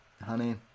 honey